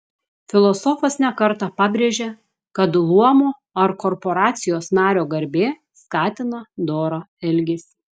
filosofas ne kartą pabrėžia kad luomo ar korporacijos nario garbė skatina dorą elgesį